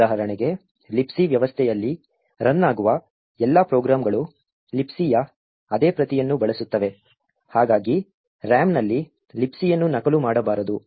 ಉದಾಹರಣೆಗೆ Libc ವ್ಯವಸ್ಥೆಯಲ್ಲಿ run ಆಗುವ ಎಲ್ಲಾ ಪ್ರೋಗ್ರಾಂಗಳು Libcಯ ಅದೇ ಪ್ರತಿಯನ್ನು ಬಳಸುತ್ತವೆ ಹಾಗಾಗಿ RAM ನಲ್ಲಿ Libcಯನ್ನು ನಕಲು ಮಾಡಬಾರದು